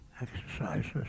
exercises